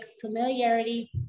familiarity